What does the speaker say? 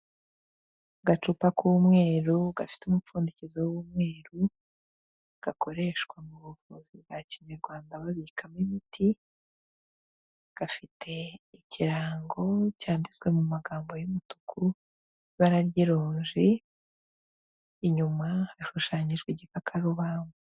Agacupa k'umweru gafite umupfundikizo w'umweru, gakoreshwa mu buvuzi bwa kinyarwanda babikamo imiti, gafite ikirango cyanditswe mu magambo y'umutuku, ibara ry'ironji, inyuma hashushanyijwe igikakaruba.